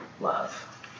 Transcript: Love